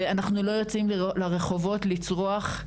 ואנחנו לא יוצאים לרחובות לצרוח.